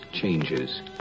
changes